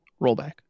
rollback